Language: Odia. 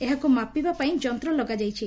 ଏହାକୁ ମାପିବା ପାଇଁ ଯନ୍ତ ଲଗାଯାଇଛି